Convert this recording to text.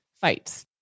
fights